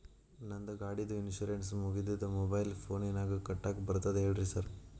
ನಂದ್ ಗಾಡಿದು ಇನ್ಶೂರೆನ್ಸ್ ಮುಗಿದದ ಮೊಬೈಲ್ ಫೋನಿನಾಗ್ ಕಟ್ಟಾಕ್ ಬರ್ತದ ಹೇಳ್ರಿ ಸಾರ್?